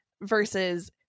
versus